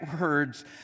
words